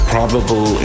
Probable